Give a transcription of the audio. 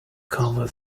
cover